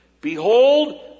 behold